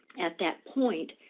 at that point,